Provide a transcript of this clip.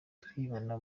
twibona